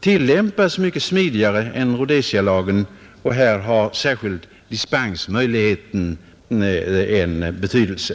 tillämpas mycket smidigare än Rhodesialagen; här har särskilt dispensmöjligheten betydelse.